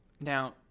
Now